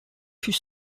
fut